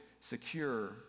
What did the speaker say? secure